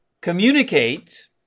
communicate